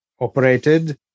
operated